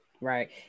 Right